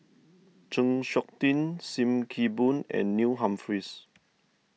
Chng Seok Tin Sim Kee Boon and Neil Humphreys